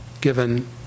given